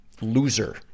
loser